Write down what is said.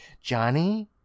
Johnny